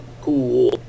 Cool